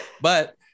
but-